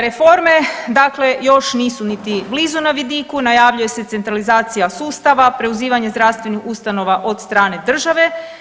Reforme dakle još nisu niti blizu na vidiku, najavljuje se centralizacija sustava, preuzimanje zdravstvenih ustanova od strane države.